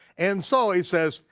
and so he says,